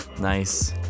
Nice